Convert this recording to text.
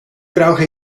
brauche